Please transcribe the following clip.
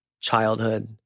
childhood